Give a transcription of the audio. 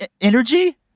energy